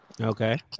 Okay